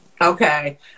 Okay